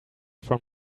from